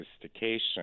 sophistication